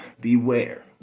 beware